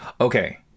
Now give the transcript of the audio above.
okay